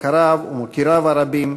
מכריו ומוקיריו הרבים,